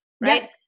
right